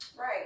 Right